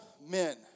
men